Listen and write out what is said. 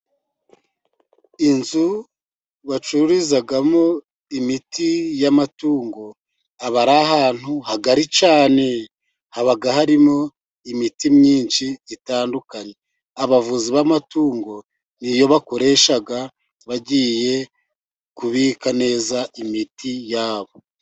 Inzu bacurizamo imiti y'amatungo, aba ari ahantu hagari cyane, haba harimo imiti myinshi itandukanye, abavuzi b'amatungo niyo bakoresha bagiye kubika neza imiti yabo.